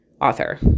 author